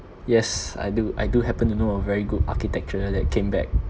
yes I do I do happen to know a very good architect that came back